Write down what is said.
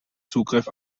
zugriff